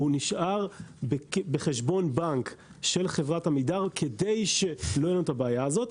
הוא נשאר בחשבון בנק של חברת עמידר כדי שלא תהיה לנו הבעיה הזאת,